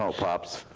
um pops,